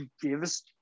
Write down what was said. gives